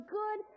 good